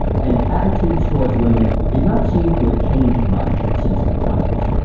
and attitudes toward women did not seem to have changed much since the twenties.